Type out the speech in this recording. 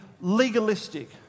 legalistic